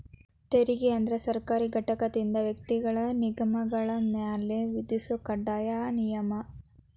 ತೆರಿಗೆ ಅಂದ್ರ ಸರ್ಕಾರಿ ಘಟಕದಿಂದ ವ್ಯಕ್ತಿಗಳ ನಿಗಮಗಳ ಮ್ಯಾಲೆ ವಿಧಿಸೊ ಕಡ್ಡಾಯ ನಿಯಮ